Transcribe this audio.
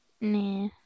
Nah